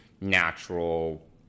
natural